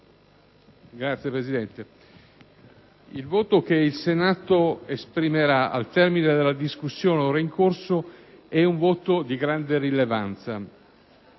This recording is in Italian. il voto che il Senato esprimerà al termine della discussione ora in corso è un voto di grande rilevanza.